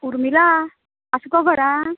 उर्मिला आस गो घरान